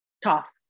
tough